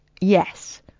Yes